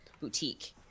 boutique